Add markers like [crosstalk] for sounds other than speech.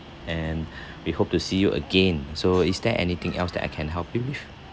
and [breath] we hope to see you again so is there anything else that I can help you with